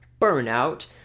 Burnout